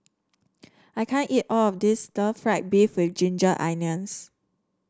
I can't eat all of this stir fry beef with Ginger Onions